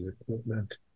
equipment